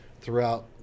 throughout